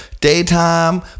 Daytime